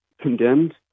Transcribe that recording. condemned